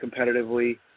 competitively